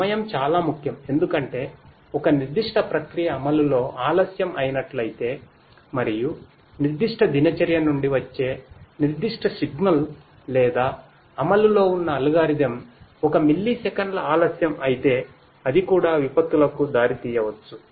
సమయం చాలా ముఖ్యం ఎందుకంటే ఒక నిర్దిష్ట ప్రక్రియ అమలులో ఆలస్యం అయినట్లయితే మరియు నిర్దిష్ట దినచర్య నుండి వచ్చే నిర్దిష్ట సిగ్నల్ లేదా అమలులో ఉన్న అల్గోరిథం ఒక మిల్లీసెకన్ల ఆలస్యం అయితే అది కూడా విపత్తులకు దారితీయవచ్చు